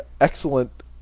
excellent